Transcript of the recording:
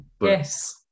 Yes